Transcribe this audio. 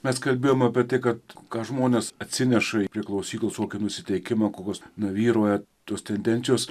mes kalbėjom apie tai kad ką žmonės atsineša prie klausyklos kokį nusiteikimą kokios vyrauja tos tendencijos